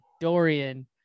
Dorian